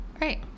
right